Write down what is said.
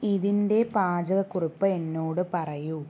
ഇതിൻ്റെ പാചക കുറിപ്പ് എന്നോട് പറയൂ